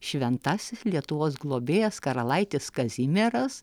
šventasis lietuvos globėjas karalaitis kazimieras